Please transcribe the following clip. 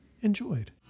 enjoyed